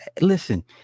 Listen